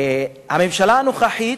הממשלה הנוכחית,